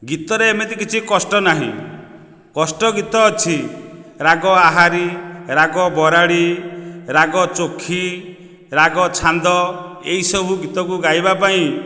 ଗୀତରେ ଏମିତି କିଛି କଷ୍ଟ ନାହିଁ କଷ୍ଟ ଗୀତ ଅଛି ରାଗ ଆହାରି ରାଗ ବରାଡ଼ି ରାଗ ଚୋଖି ରାଗ ଛାନ୍ଦ ଏହି ସବୁ ଗୀତକୁ ଗାଇବା ପାଇଁ